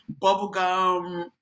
bubblegum